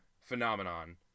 phenomenon